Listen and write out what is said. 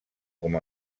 com